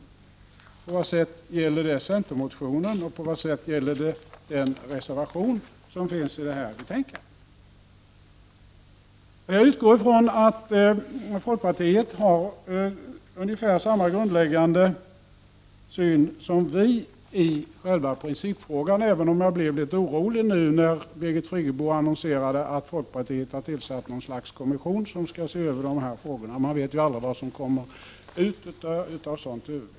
På vad sätt gäller det centermotionen, och på vad sätt gäller det den reservation som finns i betänkandet? Jag utgår ifrån att folkpartiet har ungefär samma grundläggande syn som vi i själva principfrågan, även om jag blev litet orolig när Birgit Friggebo nu annonserade att folkpartiet har tillsatt något slags kommission för att se över dessa frågor. Man vet ju aldrig vad som kommer ut av det.